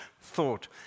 thought